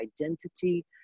identity